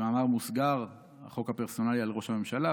במאמר מוסגר: החוק הפרסונלי על ראש הממשלה,